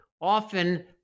often